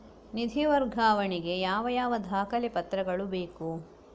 ನಿಧಿ ವರ್ಗಾವಣೆ ಗೆ ಯಾವ ಯಾವ ದಾಖಲೆ ಪತ್ರಗಳು ಬೇಕು?